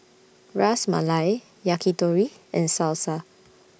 Ras Malai Yakitori and Salsa